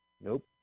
Nope